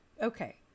Okay